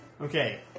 Okay